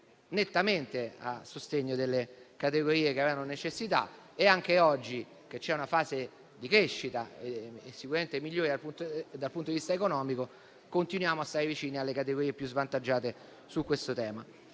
nettamente a sostegno delle categorie che avevano necessità. Anche oggi che c'è una fase di crescita, sicuramente migliore dal punto di vista economico, continuiamo a stare vicini alle categorie più svantaggiate su questo tema.